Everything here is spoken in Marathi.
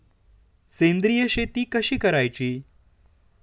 सेंद्रिय शेती कशी करायची?